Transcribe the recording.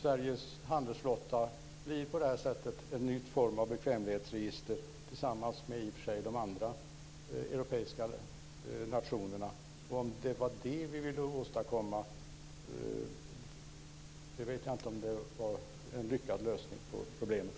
På det här sättet blir Sveriges handelsflotta en form av bekvämlighetsregister, vilket i och för sig också är fallet i de andra europeiska nationerna. Jag vet inte om det var detta vi ville åstadkomma. Jag tycker inte att det är en lyckad lösning på problemet.